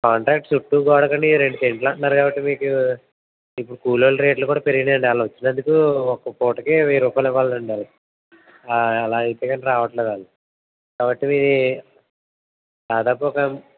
contract చుట్టూ గోడకంటే మీరు రెండు ఫెంసులు అంటున్నారు కదండీ మీకు మీకు కూలోళ్ళ రేట్లు కూడా పెరిగిపోయాయి అండి వాళ్లు వచ్చినందుకు ఒక పూటకి వెయ్యి రూపాయలు ఇవ్వాలని వాళ్లకి అలా అయితేనే రావట్లేదు వాళ్ళు కాబట్టి దాదాపు ఒక